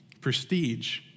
prestige